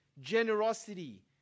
generosity